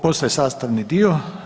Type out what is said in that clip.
Postaje sastavni dio.